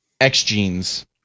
X-genes